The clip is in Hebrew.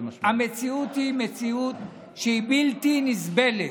המציאות היא מציאות שהיא בלתי נסבלת,